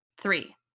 Three